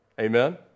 Amen